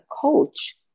coach